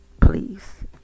Please